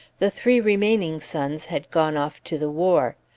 the three remaining sons had gone off to the war.